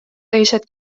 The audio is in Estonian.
teised